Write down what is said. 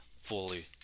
fully